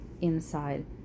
inside